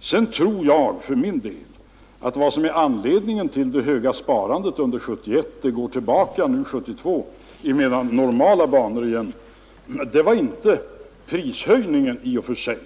Sedan tror jag för min del att anledningen till det höga sparandet 1971 — det går tillbaka till mera normala banor nu under 1972 — inte var prishöjningarna i och för sig,